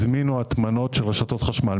הזמינו הטמנות של רשתות חשמל.